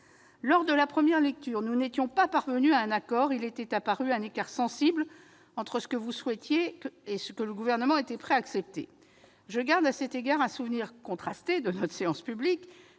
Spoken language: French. Lors de la première lecture, nous n'étions pas parvenus à un accord, et il était apparu un écart sensible entre ce que vous souhaitiez et ce que le Gouvernement était prêt à accepter. Je garde à cet égard un souvenir contrasté de la séance publique,